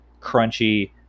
crunchy